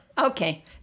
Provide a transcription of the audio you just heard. Okay